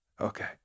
okay